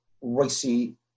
racy